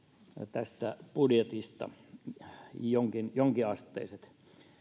tästä budjetista jonkinasteiset